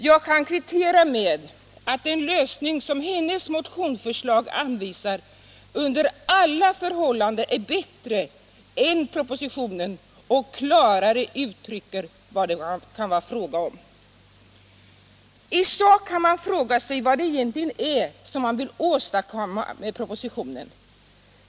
Jag kan kvittera med att den lösning som hennes motionsförslag anvisar under alla förhållanden är bättre än propositionens och klarare uttrycker vad det kan vara fråga om. I sak kan man fråga sig vad syftet med propositionen egentligen är.